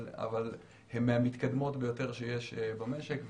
אבל הם מהמתקדמות ביותר שיש במשק,